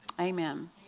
Amen